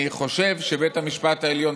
אני חושב שבית המשפט העליון,